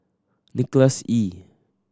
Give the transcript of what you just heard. Nicholas Ee